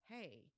hey